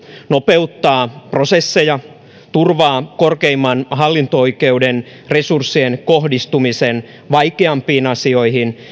nopeuttaa prosesseja ja turvaa korkeimman hallinto oikeuden resurssien kohdistumisen vaikeampiin asioihin